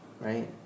right